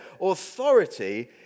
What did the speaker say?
authority